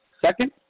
second